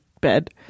bed